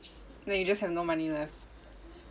like you just have no money left